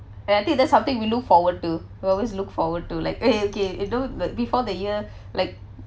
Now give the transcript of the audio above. and I think that's something we look forward to we always look forward to like okay okay you know but before the year like